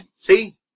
see